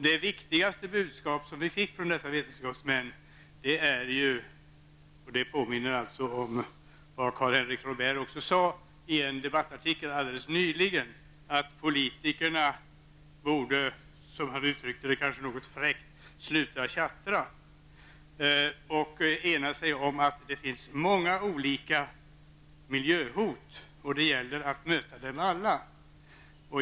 Det viktigaste budskap vi fick från dessa vetenskapsmän, vilket också påminner om vad Karl-Henrik Robért skrev i en debattartikel alldeles nyligen, är att politikerna -- som han kanske något fräckt uttryckte det -- borde sluta tjattra och ena sig om att det finns många olika miljöhot och att det gäller att möta dem alla.